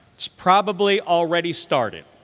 it's probably already started.